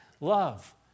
love